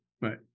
right